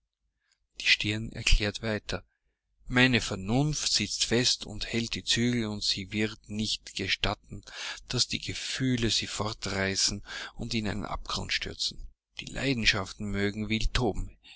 die stirn erklärt weiter meine vernunft sitzt fest und hält die zügel und sie wird nicht gestatten daß die gefühle sie fortreißen und in einen abgrund stürzen die leidenschaften mögen wild toben